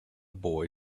boy